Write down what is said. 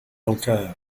elkaar